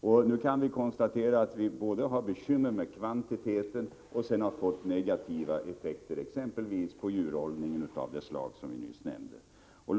Det kan nu konstateras att vi har bekymmer med kvantiteten och att vi har fått negativa effekter, exempelvis på djurhållningen, av det slag som nyss har nämnts.